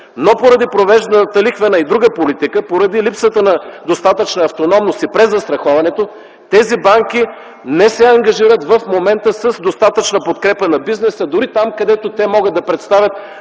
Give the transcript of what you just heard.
Но поради провежданата лихвена и друга политика, поради липсата на достатъчна автономност и презастраховането, тези банки не се ангажират в момента с достатъчна подкрепа на бизнеса, дори там, където те могат да представят